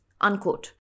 unquote